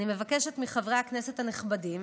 אני מבקשת מחברי הכנסת הנכבדים,